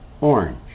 orange